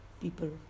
people